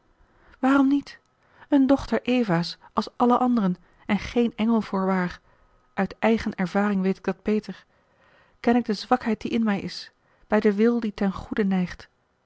waarom niet eene dochter eva's als alle anderen en geen engel voorwaar uit eigen ervaring weet ik dat beter ken ik de zwakheid die in mij is bij den wil die ten goede neigt